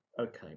Okay